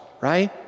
right